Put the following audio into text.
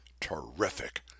Terrific